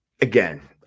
again